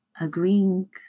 agreeing